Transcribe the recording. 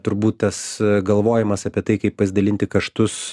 turbūt tas galvojimas apie tai kaip pasidalinti kaštus